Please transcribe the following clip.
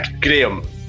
Graham